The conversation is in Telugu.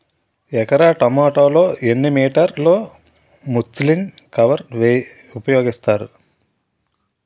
ఎకర టొమాటో లో ఎన్ని మీటర్ లో ముచ్లిన్ కవర్ ఉపయోగిస్తారు?